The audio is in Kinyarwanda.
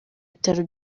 ibitaro